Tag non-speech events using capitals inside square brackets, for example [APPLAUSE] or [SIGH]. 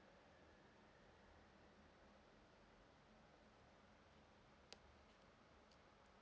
[NOISE]